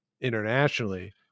internationally